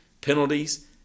penalties